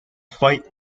fight